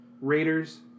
Raiders